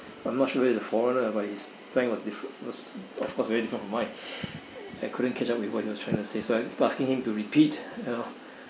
I'm not sure whether he's a foreigner but his plank was was of course very different from mine I couldn't catch up with what he was trying to say so I'm asking him to repeat you know